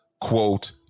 Quote